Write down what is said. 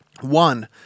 One